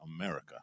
America